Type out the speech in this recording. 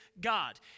God